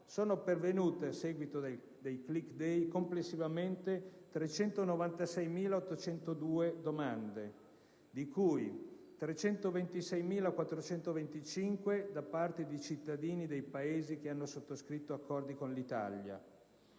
del Ministero dell'interno complessivamente 396.802 domande, di cui 326.425 da parte di cittadini dei Paesi che hanno sottoscritto accordi con l'Italia,